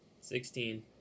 Sixteen